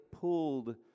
pulled